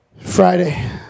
Friday